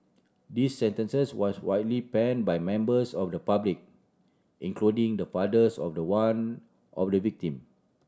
this sentences was widely panned by members of the public including the fathers of the one of the victim